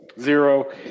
Zero